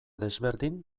desberdin